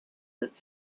that